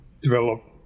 developed